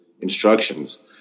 instructions